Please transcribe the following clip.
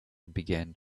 began